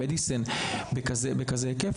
בטלמדיסין בכזה היקף?